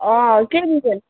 अँ के रिजन